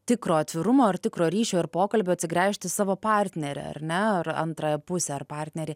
tikro atvirumo ir tikro ryšio ir pokalbio atsigręžti į savo partnerę ar ne ar antrąją pusę ar partnerį